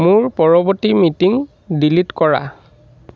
মোৰ পৰৱৰ্তী meeting delete কৰা